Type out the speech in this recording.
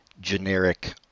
generic